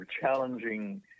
challenging